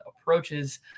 approaches